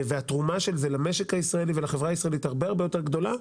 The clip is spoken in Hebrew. התרומה של זה למשק הישראלי ולחברה הישראלית הרבה יותר גדולה.